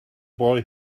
boy